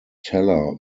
teller